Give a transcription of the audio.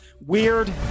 weird